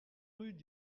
rue